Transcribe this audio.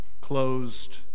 closed